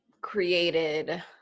created